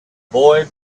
boy